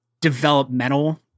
developmental